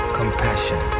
compassion